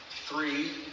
Three